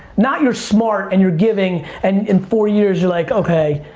not you're smart and you're giving and in four years you're like, okay,